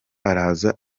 araza